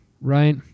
right